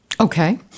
Okay